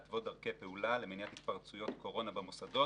להתוות דרכי פעולה למניעת התפרצויות קורונה במוסדות